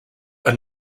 are